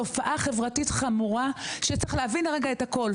תופעה חברתית חמורה, וצריך להבין את הכול.